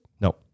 No